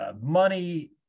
money